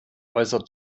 äußerte